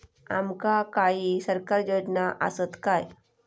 आमका काही सरकारी योजना आसत काय?